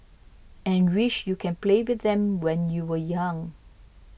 and wish you can play with them when you were young